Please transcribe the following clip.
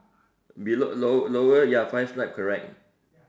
below low lower ya five stripe correct